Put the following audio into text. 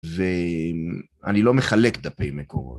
ואני לא מחלק דפי מקורות.